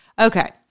Okay